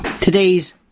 Today's